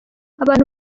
abantu